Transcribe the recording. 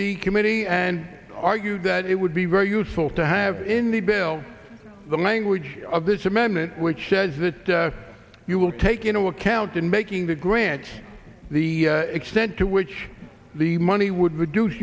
committee and argued that it would be very useful to have in the bill the language of this amendment which says that you will take into account in making the grant the extent to which the money would reduce